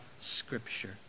Scripture